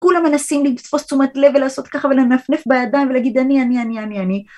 כולם מנסים לתפוס תשומת לב ולעשות ככה ולנפנף בידיים ולהגיד אני אני אני אני